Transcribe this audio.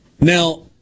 Now